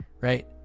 Right